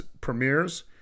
premieres